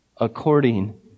according